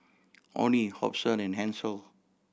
Onie Hobson and Hansel